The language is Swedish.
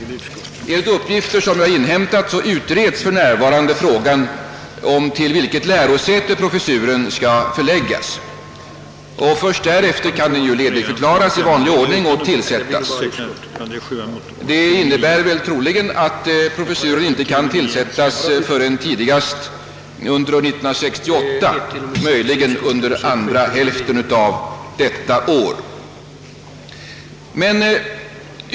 Enligt uppgifter som jag inhämtat utredes för närvarande frågan om till vilket lärosäte professuren skall förläggas. Först därefter kan den ledigförklaras i vanlig ordning och tillsättas. Det innebär troligen att professuren inte kan tillsättas förrän tidigast under 1968, möjligen under andra hälften av innevarande år.